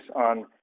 on